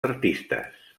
artistes